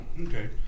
okay